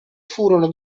furono